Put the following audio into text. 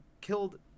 killed